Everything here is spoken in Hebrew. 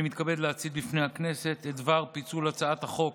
אני מתכבד להציג בפני הכנסת את דבר פיצול הצעת חוק